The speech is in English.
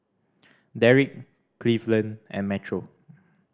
Derrick Cleveland and Metro